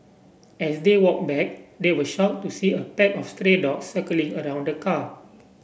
as they walked back they were shocked to see a pack of stray dogs circling around the car